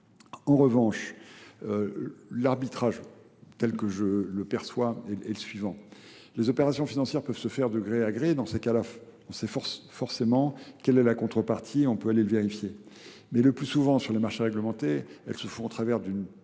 En revanche, l'arbitrage, tel que je le perçois, est le suivant. Les opérations financières peuvent se faire de gré à gré. Dans ces cas-là, on sait forcément quelle est la contrepartie. On peut aller le vérifier. Mais le plus souvent sur les marchés réglementés, elles se font au travers d'une